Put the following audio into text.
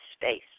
space